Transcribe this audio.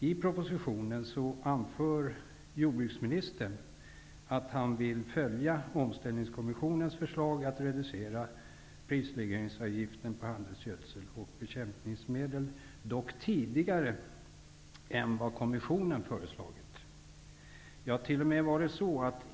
I propositionen anför jordbruksministern att han vill följa Omställningskommissionens förslag att reducera prisregleringsavgiften på handelsgödsel och bekämpningsmedel. Detta vill han dock göra tidigare än vad kommissionen föreslagit.